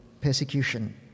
persecution